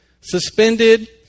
suspended